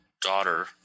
daughter